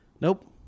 Nope